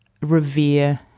revere